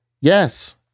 Yes